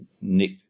nick